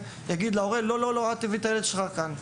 יגיד להורה לא להביא את הילד שלו אליהם.